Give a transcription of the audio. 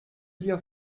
dir